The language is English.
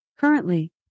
Currently